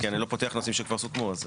כי אני לא פותח נושאים שכבר סוכמו.